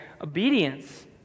obedience